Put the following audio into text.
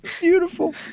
Beautiful